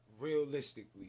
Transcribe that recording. Realistically